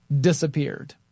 disappeared